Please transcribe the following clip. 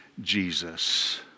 Jesus